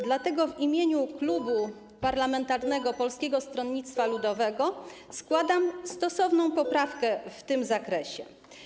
Dlatego w imieniu klubu parlamentarnego Polskiego Stronnictwa Ludowego składam stosowną poprawkę w tym zakresie.